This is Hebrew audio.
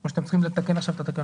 או שאתם צריכים לתקן עכשיו את התקנות?